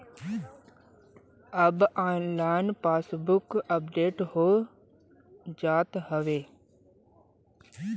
अब online passbook update हो जात हवे